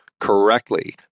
correctly